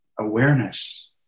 awareness